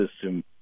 system